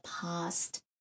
past